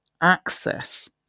access